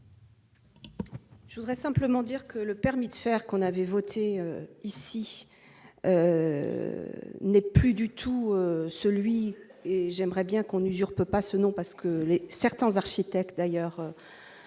Je voudrais simplement dire que le permis de faire qu'on avait voté ici, ce n'est plus du tout celui-ci et j'aimerais bien qu'on n'usurpe pas ce nom parce que le certains architectes d'ailleurs